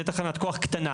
זה תחנת כוח קטנה.